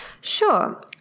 Sure